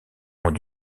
ont